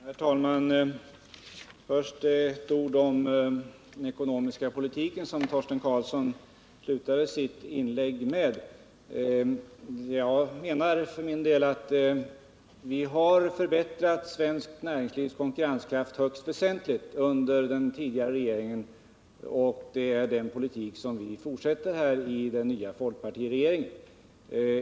Herr talman! Först ett par ord om den ekonomiska politiken, som Torsten Karlsson slutade sitt inlägg med att tala om. Jag menar för min del att vi har förbättrat svenskt näringslivs konkurrenskraft högst väsentligt under den tidigare regeringen, och det är en politik som vi fortsätter att föra i den nya folkpartiregeringen.